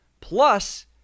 Plus